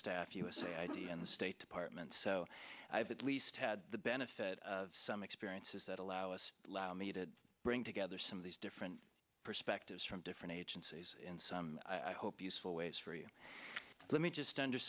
staff usa id and the state department so i have at least had the benefit of some experiences that allow us let me to bring together some of these different perspectives from different agencies in some i hope useful ways for you let me just